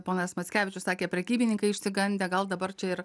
ponas mackevičius sakė prekybininkai išsigandę gal dabar čia ir